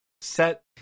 set